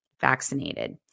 vaccinated